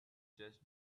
just